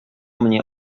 mnie